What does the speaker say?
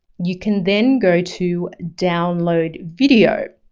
you can then go to download video.